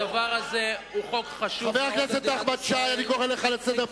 הדבר הזה הוא חוק חשוב מאוד במדינת ישראל, כמה